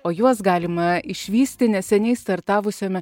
o juos galima išvysti neseniai startavusiame